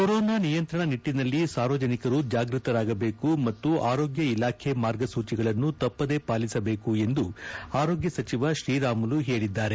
corona ನಿಯಂತ್ರಣ ನಿಟ್ಟಿನಲ್ಲಿ ಸಾರ್ವಜನಿಕರು ಜಾಗೃತರಾಗಬೇಕು ಮತ್ತು ಆರೋಗ್ಯ ಇಲಾಖೆ ಮಾರ್ಗಸೂಚಿಗಳನ್ನು ತಪ್ಪದೇ ಪಾಲಿಸಬೇಕು ಎಂದು ಆರೋಗ್ಯ ಸಚಿವ ಶ್ರೀರಾಮುಲು ಹೇಳಿದ್ದಾರೆ